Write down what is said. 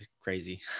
crazy